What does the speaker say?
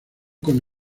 con